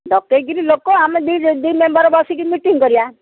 ଡକେଇକିରି ଲୋକ ଆମେ ଦୁଇ ଦୁଇ ମେମ୍ବର ବସିକି ମିଟିଂ କରିବା